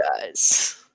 guys